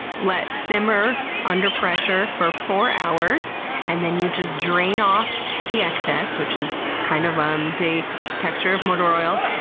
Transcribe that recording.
let simmer under pressure for four hours and then you just drain off the excess, which is kind of um the texture of motor oil.